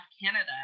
Canada